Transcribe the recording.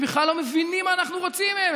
הם בכלל לא מבינים מה אנחנו רוצים מהם.